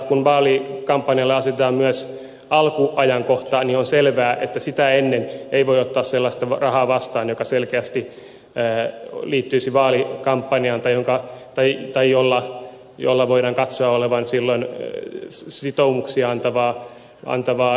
kun vaalikampanjalle asetetaan myös alkuajankohta niin on selvää että sitä ennen ei voi ottaa sellaista rahaa vastaan joka selkeästi liittyisi vaalikampanjaan tai jolla voidaan katsoa olevan silloin sitoumuksia antavaa elementtiä